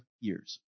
years